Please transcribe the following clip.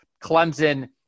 Clemson